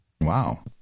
Wow